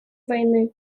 войны